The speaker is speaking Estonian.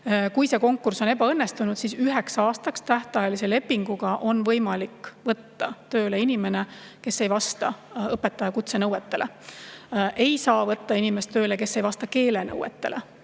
Kui konkurss on ebaõnnestunud, siis üheks aastaks tähtajalise lepinguga on võimalik võtta tööle inimene, kes ei vasta õpetajakutse nõuetele. Ei saa võtta tööle inimest, kes ei vasta keelenõuetele,